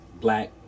black